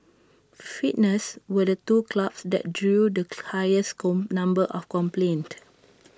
fitness were the two clubs that drew the highest number of complaints